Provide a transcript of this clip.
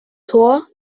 tor